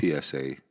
PSA